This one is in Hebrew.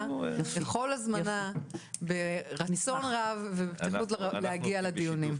לכל הזמנה ברצון רב ובתכנון להגיע לדיונים,